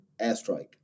airstrike